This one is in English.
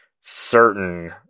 certain